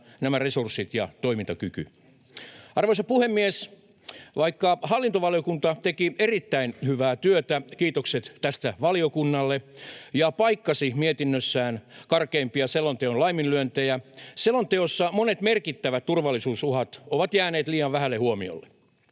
nämä resurssit ja toimintakyky. Arvoisa puhemies! Vaikka hallintovaliokunta teki erittäin hyvää työtä — kiitokset tästä valiokunnalle — ja paikkasi mietinnössään karkeimpia selonteon laiminlyöntejä, on selonteossa monet merkittävät turvallisuusuhat jääneet liian vähälle huomiolle.